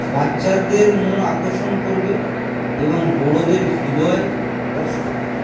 বাচ্চাদের মন আকর্ষণ করবে এবং বড়দের হৃদয় স্পর্শ করবে